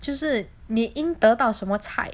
就是你应得到什么菜